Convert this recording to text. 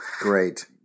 Great